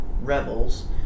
Rebels